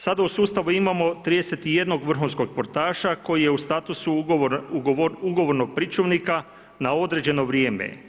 Sada u sustavu imamo 31 vrhunskog sportaša koji je u statusu ugovornog pričuvnika na određeno vrijeme.